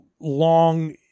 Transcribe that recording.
long